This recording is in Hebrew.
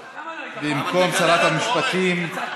במקום שרת המשפטים,